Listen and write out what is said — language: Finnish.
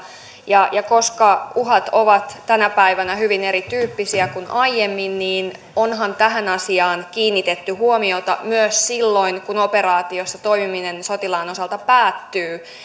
ja ja koska uhat ovat tänä päivänä hyvin eri tyyppisiä kuin aiemmin niin onhan tähän asiaan kiinnitetty huomiota myös silloin kun operaatiossa toimiminen sotilaan osalta päättyy